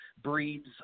breeds